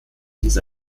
diese